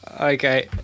Okay